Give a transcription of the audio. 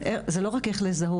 זה לא רק איך לזהות.